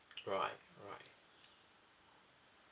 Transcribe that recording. alright alright